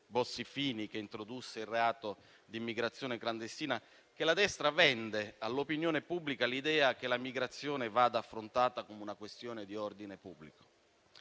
Bossi-Fini che introdusse il reato di immigrazione clandestina, che la destra vende all'opinione pubblica l'idea che la migrazione vada affrontata come una questione di ordine pubblico.